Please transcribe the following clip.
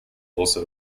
also